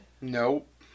Nope